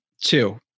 two